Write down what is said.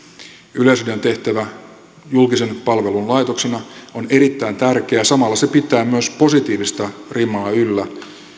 yleisradion tehtävä julkisen palvelun laitoksena on erittäin tärkeä ja samalla se pitää myös positiivista rimaa yllä